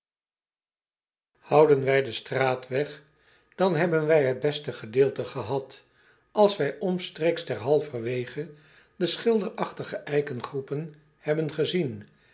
ouden wij den straatweg dan hebben wij het beste gedeelte gehad als wij omstreeks ter halverwege de schilderachtige eikengroepen hebben gezien